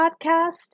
podcast